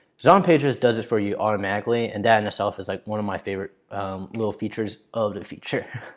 zonpages does it for you automatically. and that in itself is like one of my favorite little features of the feature.